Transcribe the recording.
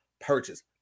purchase